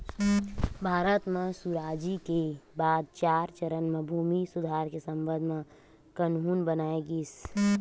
भारत म सुराजी के बाद चार चरन म भूमि सुधार के संबंध म कान्हून बनाए गिस